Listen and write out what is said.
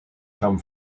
come